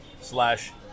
slash